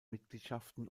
mitgliedschaften